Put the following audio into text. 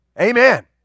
Amen